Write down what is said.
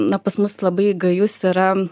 na pas mus labai gajus yra